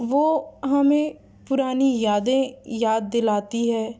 وہ ہمیں پرانی یادیں یاد دلاتی ہے